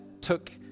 took